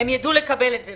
הם ידעו לקבל את זה כאן.